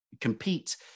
compete